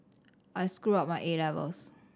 I screwed up my A levels